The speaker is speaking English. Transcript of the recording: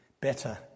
Better